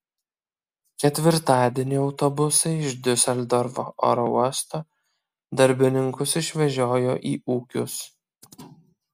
ketvirtadienį autobusai iš diuseldorfo oro uosto darbininkus išvežiojo į ūkius